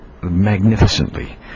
magnificently